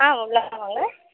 ம்ம் உள்ளாற வாங்க